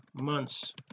months